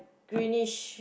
greenish